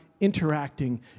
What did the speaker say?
interacting